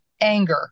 anger